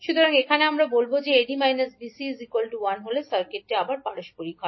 সুতরাং এখানে আমরা বলব যে ad −𝐛𝐜 1 হলে সার্কিটটি আবার পারস্পরিক হয়